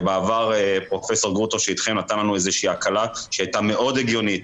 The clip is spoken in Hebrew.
ובעבר פרופ' גרוטו שאיתכם נתן לנו איזושהי הקלה שהייתה מאוד הגיונית,